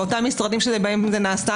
ואותם משרדים שבהם זה נעשה,